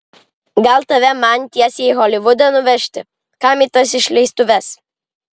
gal tave man tiesiai į holivudą nuvežti kam į tas išleistuves